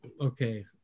okay